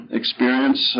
experience